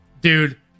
Dude